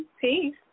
peace